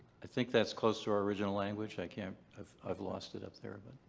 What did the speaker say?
i think that's close to our original language. i can't. i've i've lost it up there, but.